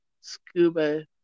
scuba